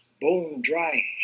bone-dry